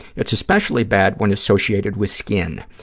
it's especially bad when associated with skin.